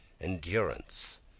endurance